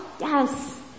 Yes